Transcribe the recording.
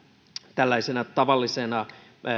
tällaisena tavallisena